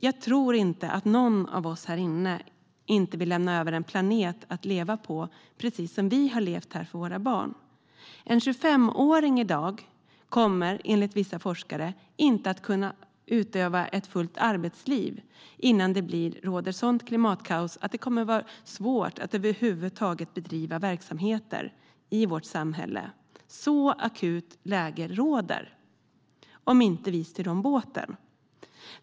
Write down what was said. Jag tror att alla här vill lämna över en planet till sina barn som går att leva på, precis som vi har levt på den. Men enligt vissa forskare kommer dagens 25-åringar inte att hinna ha ett helt arbetsliv innan det råder sådant klimatkaos att det kommer att vara svårt att över huvud taget bedriva verksamheter i vårt samhälle. Så akut är läget. Vi måste alltså styra om båten.